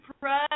pray